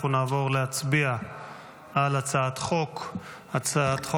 אנחנו נעבור להצביע על הצעת החוק לתיקון